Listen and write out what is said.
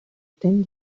ten